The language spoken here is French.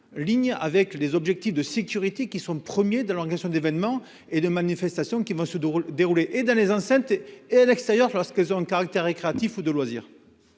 ligne avec les objectifs de sécurité qui sont premiers de leur gestion d'événements et de manifestations qui va se dérouler et dans les enceintes et à l'extérieur parce que ont caractère récréatif ou de loisirs.